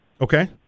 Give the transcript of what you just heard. okay